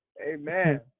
Amen